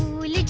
will